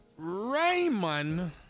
Raymond